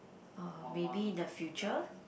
uh maybe in the future